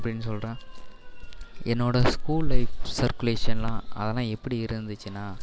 அப்படின்னு சொல்கிறேன் என்னோட ஸ்கூல் லைஃப் சர்க்குலேஷனெலாம் அதெலாம் எப்படி இருந்துச்சுன்னால்